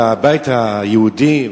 והבית היהודי,